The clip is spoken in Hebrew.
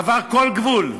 עברה כל גבול.